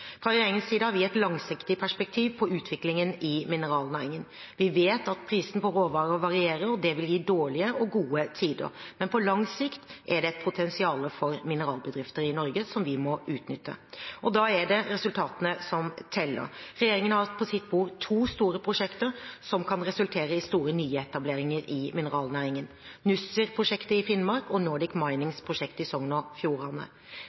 Fra regjeringens side har vi et langsiktig perspektiv på utviklingen i mineralnæringen. Vi vet at prisene på råvarer varierer, og det vil gi dårlige og gode tider. Men på lang sikt er det et potensial for mineralbedrifter i Norge som vi må utnytte. Da er det resultatene som teller. Regjeringen har hatt på sitt bord to store prosjekter som kan resultere i store nyetableringer i mineralnæringen: Nussir-prosjektet i Finnmark og Nordic Minings prosjekt i Sogn og Fjordane.